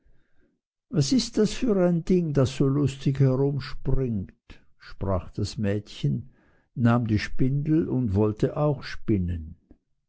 was ist das für ein ding das so lustig herumspringt sprach das mädchen nahm die spindel und wollte auch spinnen